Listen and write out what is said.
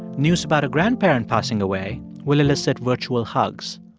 news about a grandparent passing away will elicit virtual hugs.